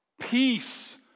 peace